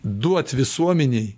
duot visuomenei